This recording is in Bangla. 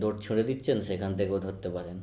ডোর ছুঁড়ে দিচ্ছেন সেখান থেকেও ধরতে পারেন